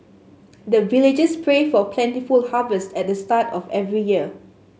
the villagers pray for plentiful harvest at the start of every year